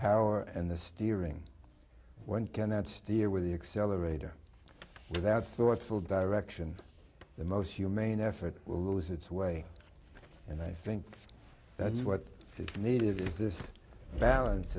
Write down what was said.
power and the steering one cannot steer with the accelerator without thoughtful direction the most humane effort will lose its way and i think that's what is needed is this balance